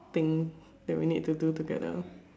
thing that we need to do together